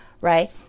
right